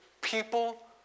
people